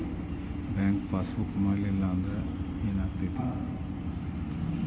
Bank passbook ಮಾಡಲಿಲ್ಲ ಅಂದ್ರೆ ಏನ್ ಆಗ್ತೈತಿ?